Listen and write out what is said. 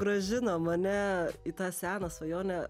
grąžino mane į tą seną svajonę